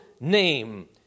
name